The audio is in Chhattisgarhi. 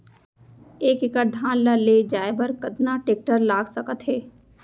एक एकड़ धान ल ले जाये बर कतना टेकटर लाग सकत हे?